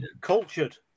Cultured